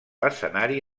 escenari